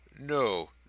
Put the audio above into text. No